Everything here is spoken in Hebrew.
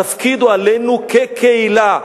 התפקיד הוא עלינו כקהילה,